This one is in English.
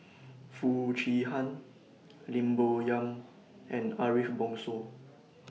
Foo Chee Han Lim Bo Yam and Ariff Bongso